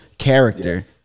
character